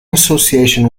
association